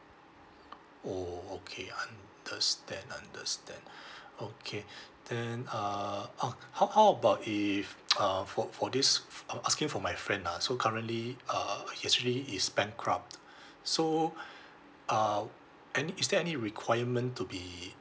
oh okay understand understand okay then uh oh how how about if uh for for this f~ uh asking for my friend lah so currently uh uh he actually is bankrupt so uh any is there any requirement to be